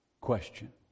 question